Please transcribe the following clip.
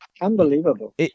Unbelievable